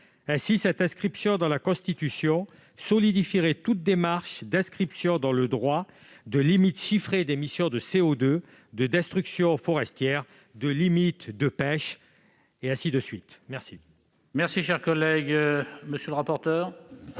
Ainsi, cette inscription dans la Constitution solidifierait toute démarche d'inscription dans le droit de limites chiffrées d'émission de CO2, de destruction forestière, de limites de pêche, etc. Quel est